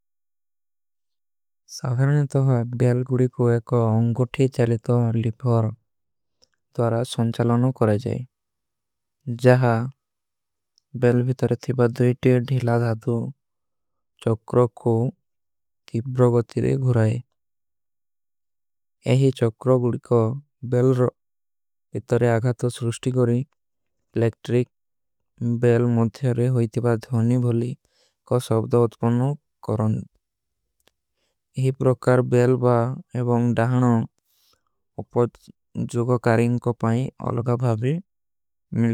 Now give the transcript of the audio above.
ସାଫରନେ ତୋ ବେଲ ଗୁଡୀ କୋ ଏକ ଅଂଗୁଠୀ ଚାଲେତୋ ଲିପଵର। ଦ୍ଵାରା ସୌନଚଲନୋ କରେ ଜାଏ ଜହା ବେଲ ଭୀତରେ ଥିବା ଦୋଈଟେ। ଧିଲା ଧାଦୂ ଚକ୍ରୋ କୋ ଧିବ୍ରୋଗତିରେ ଘୁରାଏ ଯହୀ ଚକ୍ରୋ ଗୁଡୀ। କୋ ବେଲ ଭୀତରେ ଆଗାତୋ ସୁରୁଷ୍ଟି କରେ ଲେକ୍ଟ୍ରିକ ବେଲ ମୁଧ୍ଯାରେ। ହୁଈତିବା ଧୌନୀ ଭୋଲୀ କା ସବ୍ଦ ଉତ୍ପନୋ କରନ ଯହୀ ପ୍ରକାର। ବେଲ ବା ଏବଂଗ ଡାହନୋ ଉପଟ ଜୋଗ। କାରିଂଗ କୋ ପାଈ ଅଲଗା ଭାଵୀ ମିଲକେ।